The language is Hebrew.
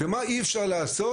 ומה אי אפשר לעשות,